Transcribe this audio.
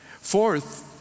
fourth